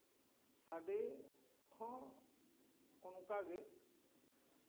ᱥᱟᱰᱮ ᱦᱚᱸ ᱚᱱᱠᱟ ᱜᱮ